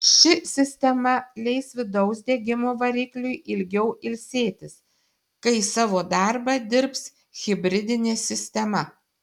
ši sistema leis vidaus degimo varikliui ilgiau ilsėtis kai savo darbą dirbs hibridinė sistema